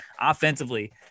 offensively